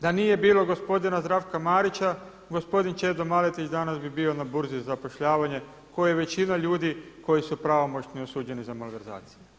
Da nije bilo gospodina Zdravka Marića, gospodin Čedo Maletić danas bi bio na burzi za zapošljavanje kao i većina ljudi koji si pravomoćno osuđeni za malverzacije.